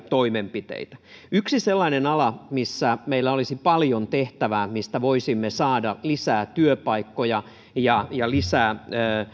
toimenpiteitä yksi sellainen ala missä meillä olisi paljon tehtävää ja mistä voisimme saada lisää työpaikkoja ja ja lisää